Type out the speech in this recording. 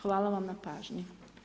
Hvala vam na pažnji.